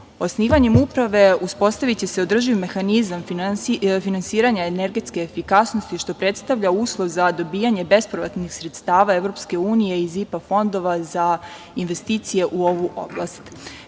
biomasu. Osnivanjem uprave uspostaviće se održiv mehanizam finansiranja energetske efikasnosti, što predstavlja uslov za dobijanje bespovratnih sredstava Evropske unije iz IPA fondova za investicije u ovu oblast.